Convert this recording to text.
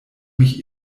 mich